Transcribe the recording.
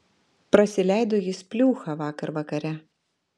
prasileido jis pliūchą vakar vakare